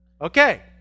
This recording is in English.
okay